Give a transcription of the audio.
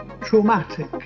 traumatic